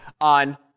on